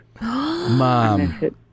mom